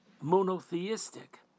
monotheistic